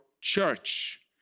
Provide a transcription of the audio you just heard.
church